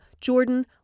Jordan